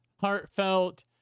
heartfelt